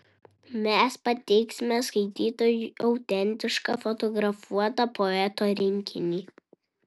mes pateiksime skaitytojui autentišką fotografuotą poeto rinkinį